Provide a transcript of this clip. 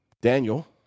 Daniel